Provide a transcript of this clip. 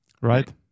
Right